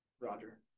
Roger